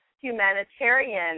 Humanitarian